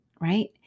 right